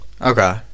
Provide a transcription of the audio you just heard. Okay